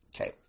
Okay